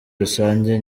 rusange